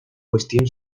cuestión